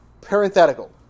parenthetical